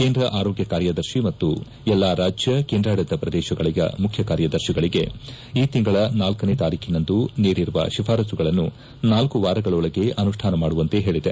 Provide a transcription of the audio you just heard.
ಕೇಂದ್ರ ಆರೋಗ್ಲ ಕಾರ್ಯದರ್ಶಿ ಮತ್ತು ಎಲ್ಲಾ ರಾಜ್ಲ ಕೇಂದಾಡಳಿತ ಪ್ರದೇಶಗಳ ಮುಖ್ಯ ಕಾರ್ಯದರ್ಶಿಗಳಿಗೆ ಈ ತಿಂಗಳ ನಾಲ್ಲನೇ ತಾರೀಖಿನಂದು ನೀಡಿರುವ ಶಿಫಾರಸ್ತುಗಳನ್ನು ನಾಲ್ಲು ವಾರಗಳೊಳಗೆ ಅನುಷ್ಠಾನ ಮಾಡುವಂತೆ ಹೇಳಿದೆ